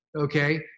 Okay